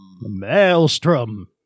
Maelstrom